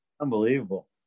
Unbelievable